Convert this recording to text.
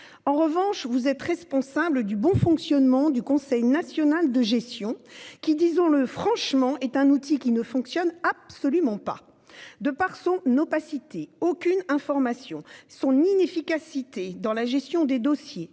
En revanche, vous êtes responsable du bon fonctionnement du centre national de gestion- le CNG -, qui, disons-le franchement, ne fonctionne absolument pas ! De par son opacité- aucune information -et son inefficacité dans la gestion des dossiers-